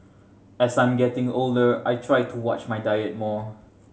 as I am getting older I try to watch my diet more